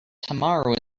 tomorrow